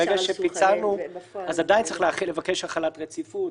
שפיצלנו עדיין צריכים לבקש החלת רציפות.